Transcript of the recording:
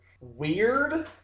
weird